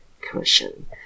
commission